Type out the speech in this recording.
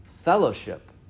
fellowship